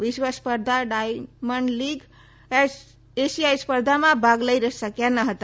વિશ્વસ્પર્ધા diamond league એશિયાઇ સ્પર્ધામાં ભાગ લઈ શક્યા ન હતા